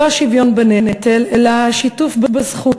"השוויון בנטל" אלא "השיתוף בזכות",